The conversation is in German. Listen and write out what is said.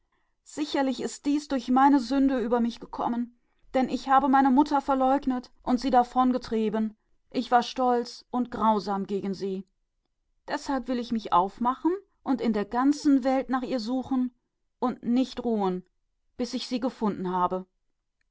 ist über mich gekommen wegen meiner sünde denn ich habe meine mutter verleugnet und sie fortgejagt und bin stolz und grausam gegen sie gewesen darum will ich gehen und sie über die ganze welt suchen und nicht ruhen bis ich sie gefunden habe